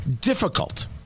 difficult